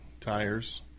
tires